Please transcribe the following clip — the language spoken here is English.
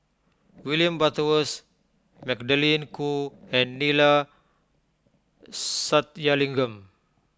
William Butterworth Magdalene Khoo and Neila Sathyalingam